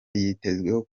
yitezweho